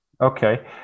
Okay